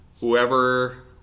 whoever